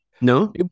No